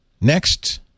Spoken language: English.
Next